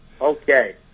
Okay